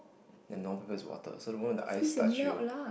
the normal people is water so the moment the ice touch you